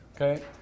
Okay